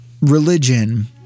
religion